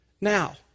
Now